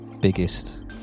biggest